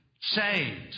saved